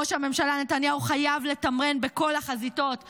ראש הממשלה נתניהו חייב לתמרן בכל החזיתות וממש,